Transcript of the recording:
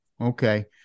Okay